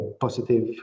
positive